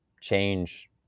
change